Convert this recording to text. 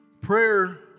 prayer